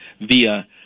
via